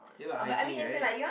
ya lah hiking [right]